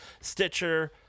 Stitcher